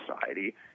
society